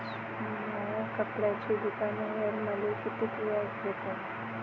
माया कपड्याच्या दुकानावर मले कितीक व्याज भेटन?